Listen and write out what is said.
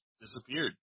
disappeared